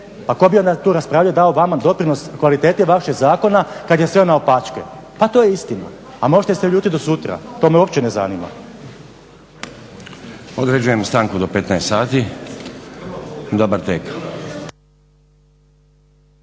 Pa tko bi onda tu raspravljao, dao vama doprinos, kvaliteti vašeg zakona kada je sve naopačke. Pa to je istina. Možete se ljutiti do sutra to me uopće ne zanima. **Stazić, Nenad (SDP)** Određujem stanku do 15,00 sati. Dobar tek.